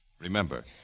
Remember